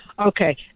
Okay